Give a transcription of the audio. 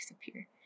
disappear